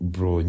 Bro